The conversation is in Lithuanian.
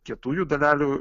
kietųjų dalelių